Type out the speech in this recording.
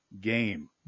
game